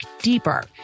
deeper